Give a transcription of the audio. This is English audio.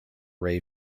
ray